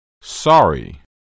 Sorry